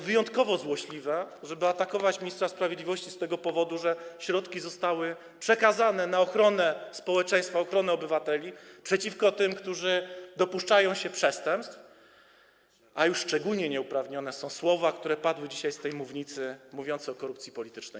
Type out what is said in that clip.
Wyjątkowo złośliwe jest atakowanie ministra sprawiedliwości z tego powodu, że środki zostały przekazane na ochronę społeczeństwa, ochronę obywateli, a przeciwko tym, którzy dopuszczają się przestępstw, a już szczególnie nieuprawnione są słowa, które padły dzisiaj z tej mównicy, mówiące o korupcji politycznej.